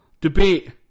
debate